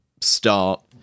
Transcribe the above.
start